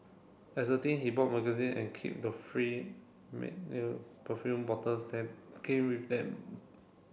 as a teen he bought magazine and keep the free perfume bottles that came with them